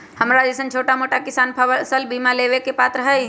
हमरा जैईसन छोटा मोटा किसान फसल बीमा लेबे के पात्र हई?